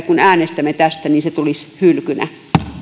äänestämme tästä se tulisi hylkynä